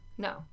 No